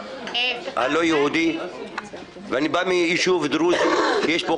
הלא היהודי מישוב דרוזי שיש בו